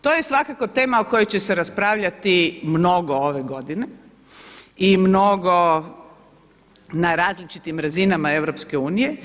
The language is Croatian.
To je svakako tema o kojoj će se raspravljati mnogo ove godine i mnogo na različitim razinama EU.